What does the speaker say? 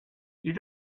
you